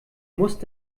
musst